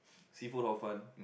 seafood Hor-Fun